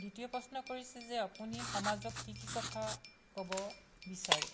দ্বিতীয় প্ৰশ্ন কৰিছে যে আপুনি সমাজক কি কি কথা ক'ব বিচাৰে